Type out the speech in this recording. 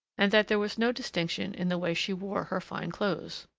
and that there was no distinction in the way she wore her fine clothes.